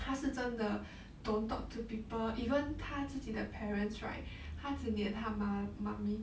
他是真的 don't talk to people even 他自己的 parents right 他只粘他妈 mummy